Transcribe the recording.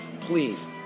please